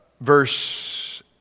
verse